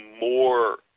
more